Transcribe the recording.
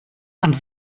and